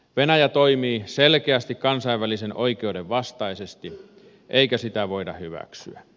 venäjä toimii selkeästi kansainvälisen oikeuden vastaisesti eikä sitä voida hyväksyä